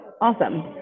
Awesome